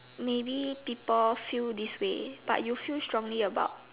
maybe people feel this way but you feel strongly about